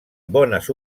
bones